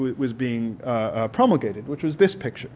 was being promulgated which was this picture